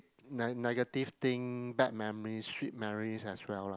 ne~ negative thing bad memory shit memories as well lah